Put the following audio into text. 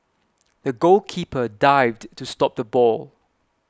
the goalkeeper dived to stop the ball